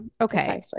Okay